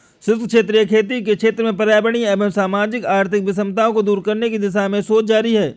शुष्क क्षेत्रीय खेती के क्षेत्र में पर्यावरणीय एवं सामाजिक आर्थिक विषमताओं को दूर करने की दिशा में शोध जारी है